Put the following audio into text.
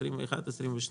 בתקציב 21-22,